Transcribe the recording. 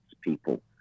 people